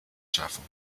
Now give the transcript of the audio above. schaffen